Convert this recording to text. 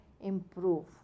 improve